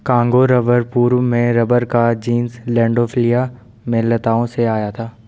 Congo rubber पूर्व में rubber का जीनस लैंडोल्फिया में लताओं से आया था